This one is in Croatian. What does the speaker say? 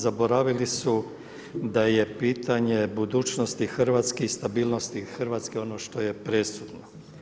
Zaboravili su da je pitanje budućnosti Hrvatske stabilnosti i Hrvatske ono što je presudno.